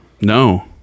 no